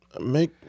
make